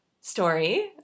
story